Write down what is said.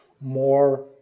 more